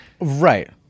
Right